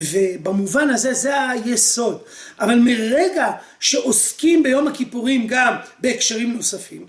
ובמובן הזה זה היסוד, אבל מרגע שעוסקים ביום הכיפורים גם בהקשרים נוספים,